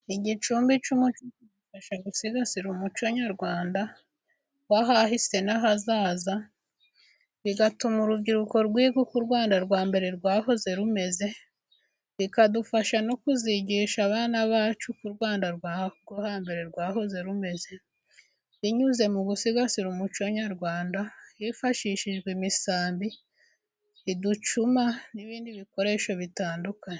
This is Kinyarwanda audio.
Igicumbi cy'umuco, gusigasira umuco nyarwanda w'ahahise n'ahazaza, bigatuma urubyiruko rwiga uka u Rwanda rwa mbere rwahoze rumeze, bikadufasha no kuzigisha abana bacu uko u Rwanda rwo hambere rwahoze rumeze, binyuze mu gusigasira umuco nyarwanda hifashishijwe: imisambi, iducuma, n'ibindi bikoresho bitandukanye.